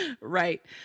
right